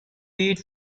eat